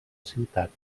ciutat